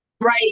Right